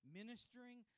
ministering